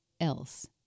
else